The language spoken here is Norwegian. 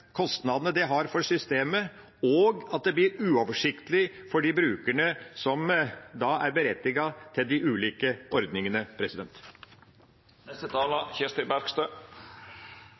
kostnadene det vil føre til for systemet, og at det blir uoversiktlig for de brukerne som er berettiget til de ulike ordningene.